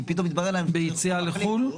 כי פתאום התברר להן --- ביציאה לחו"ל?